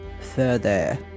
further